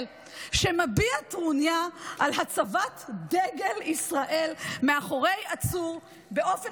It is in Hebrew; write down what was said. שמביע טרוניה על הצבת דגל ישראל מאחורי עצור באופן